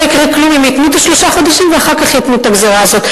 לא יקרה כלום אם ייתנו לשלושה חודשים ואחר כך ייתנו את הגזירה הזאת.